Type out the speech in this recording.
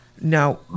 Now